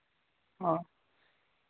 ᱚ